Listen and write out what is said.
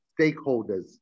stakeholders